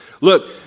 Look